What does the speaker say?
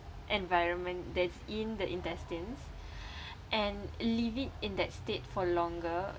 environment that's in the intestines and leave it in that state for longer